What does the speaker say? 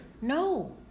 No